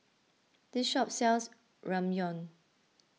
this shop sells Ramyeon